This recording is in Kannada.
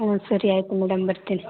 ಹ್ಞೂ ಸರಿ ಆಯಿತು ಮೇಡಮ್ ಬರ್ತೀನಿ